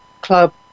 club